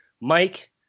Mike